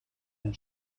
den